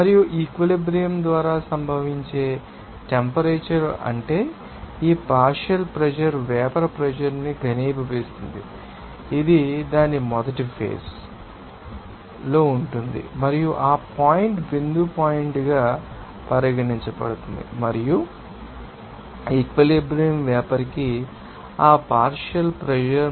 మరియు ఈక్విలిబ్రియం ద్వారా సంభవించే టెంపరేచర్ అంటే ఈ పార్షియల్ ప్రెషర్ వేపర్ ప్రెషర్ ాన్ని ఘనీభవిస్తుంది ఇది దాని మొదటి ఫేజ్ ో ఉంటుంది మరియు ఆ పాయింట్ బిందు పాయింట్ గా పరిగణించబడుతుంది మరియు ఈక్విలిబ్రియం వేపర్ కి ఆ పార్షియల్ ం ప్రెషర్